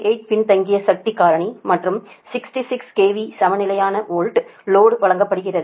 8 பின்தங்கிய சக்தி காரணி மற்றும் 66 KV சமநிலையான லோடை வழங்குகிறது